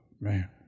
man